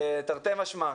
תרתי משמע,